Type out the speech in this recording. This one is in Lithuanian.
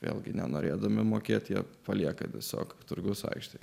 vėlgi nenorėdami mokėti palieka tiesiog turgaus aikštėje